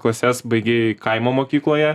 klases baigei kaimo mokykloje